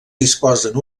disposen